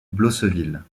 blosseville